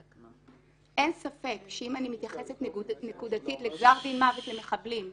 אין ספק שאם אני מתייחסת נקודתית לגזר דין מוות למחבלים,